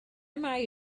mae